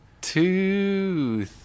two